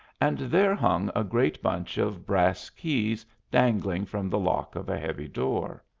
and there hung a great bunch of brass keys dangling from the lock of a heavy door.